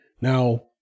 Now